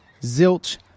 zilch